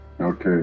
Okay